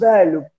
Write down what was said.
Velho